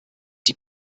die